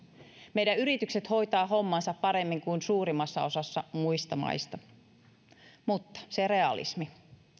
meidän yrityksemme hoitavat hommansa paremmin kuin suurimmassa osassa muita maita mutta se realismi